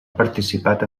participat